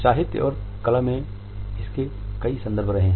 साहित्य और कला में इसके कई संदर्भ रहे हैं